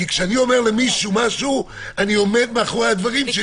כי כשאני אומר למישהו משהו אני עומד מאחורי הדברים שלי.